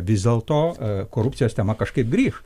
vis dėlto korupcijos tema kažkaip grįš